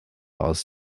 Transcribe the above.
aus